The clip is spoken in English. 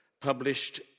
published